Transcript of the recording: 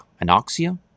Anoxia